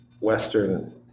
Western